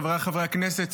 חבריי חברי הכנסת,